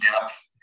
depth